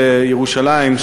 יום ירושלים,